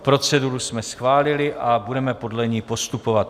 Proceduru jsme schválili a budeme podle ní postupovat.